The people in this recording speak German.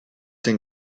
den